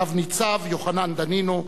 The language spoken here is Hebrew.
רב-ניצב יוחנן דנינו,